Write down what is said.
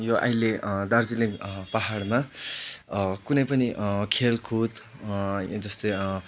यो अहिले दार्जिलिङ पाहाडमा कुनै पनि खेलकुद जस्तै